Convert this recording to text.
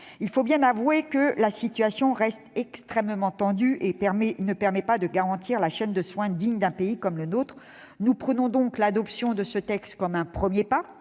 Il faut bien l'avouer, la situation reste extrêmement tendue et ne permet pas de garantir une chaîne de soins qui soit digne d'un pays comme le nôtre. Nous prenons donc ce texte comme un premier pas,